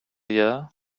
year